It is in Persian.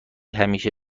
همیشه